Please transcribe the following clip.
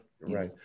right